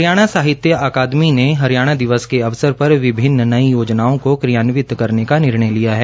हरियाणा साहित्य अकादमी ने हरियाणा दिवस के अवसर पर विभिन्न नई योजनाओं को कियान्वित करने का निर्णय लिया है